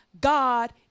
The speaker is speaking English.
God